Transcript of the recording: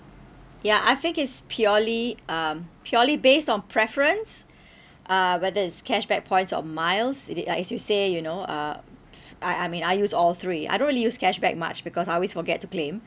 ya I think it's purely um purely based on preference uh whether it's cashback points or miles it i~ uh as you say you know uh I I mean I use all three I don't really use cashback much because I always forget to claim